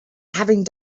having